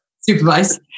supervise